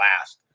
last